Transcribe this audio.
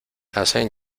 hacen